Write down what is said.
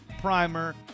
primer